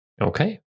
Okay